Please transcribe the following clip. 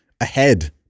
ahead